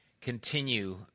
continue